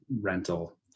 rental